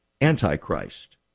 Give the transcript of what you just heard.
Antichrist